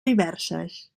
diverses